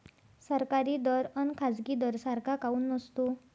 सरकारी दर अन खाजगी दर सारखा काऊन नसतो?